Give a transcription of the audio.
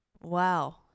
Wow